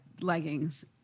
leggings